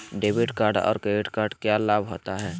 Debit card और credit card क्या लाभ होता है?